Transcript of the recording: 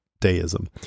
deism